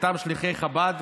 אותם שליחי חב"ד,